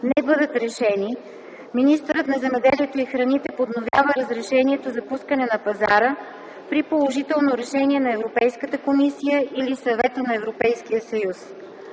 не бъдат решени, министърът на земеделието и храните подновява разрешението за пускане на пазара при положително решение на Европейската комисия или Съвета на Европейския съюз.